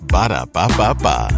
Ba-da-ba-ba-ba